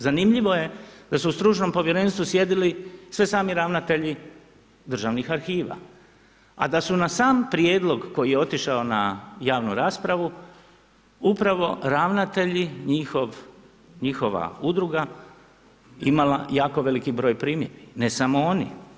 Zanimljivo je da su stručnom povjerenstvu sjedili sve sami ravnatelji državnih arhiva a da su na sam prijedlog koji je otišao na javnu raspravu upravo ravnatelji njihova, njihova udruga imala jako veliki broj primjedbi, ne samo oni.